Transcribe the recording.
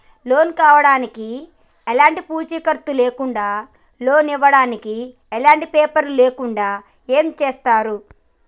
Loan కావడానికి ఎలాంటి పూచీకత్తు లేకుండా లోన్ ఇవ్వడానికి ఎలాంటి పేపర్లు లేకుండా ఏం చేస్తారు?